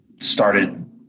started